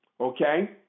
okay